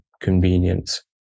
convenience